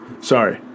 Sorry